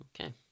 Okay